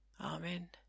Amen